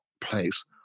place